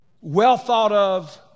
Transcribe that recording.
well-thought-of